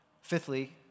Fifthly